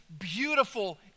beautiful